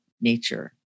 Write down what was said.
nature